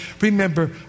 Remember